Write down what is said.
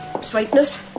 Sweetness